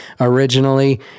originally